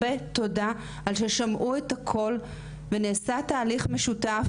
תודה על ששמעתם את הקול ונעשה תהליך משותף